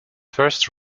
first